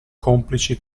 complici